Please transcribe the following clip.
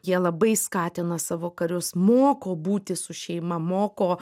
jie labai skatina savo karius moko būti su šeima moko